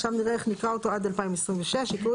עכשיו נראה איך נקרא אותו עד 2026. יקראו